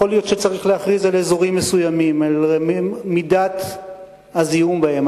יכול להיות שצריך להכריז על אזורים מסוימים על מידת הזיהום בהם.